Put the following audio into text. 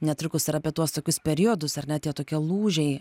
netrukus ir apie tuos tokius periodus ar ne tie tokie lūžiai